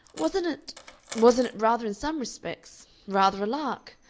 wasn't it wasn't it rather in some respects rather a lark?